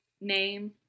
name